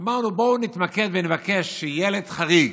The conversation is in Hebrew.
אמרנו: בואו נתמקד ונבקש שילד חריג,